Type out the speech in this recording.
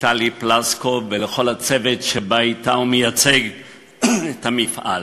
טלי פלוסקוב ולכל הצוות שבא אתה ומייצג את המפעל.